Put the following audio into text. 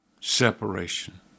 separation